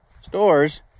stores